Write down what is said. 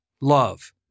love